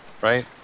right